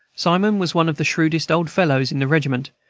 simon was one of the shrewdest old fellows in the regiment,